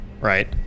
right